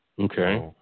Okay